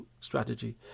strategy